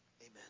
Amen